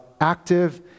active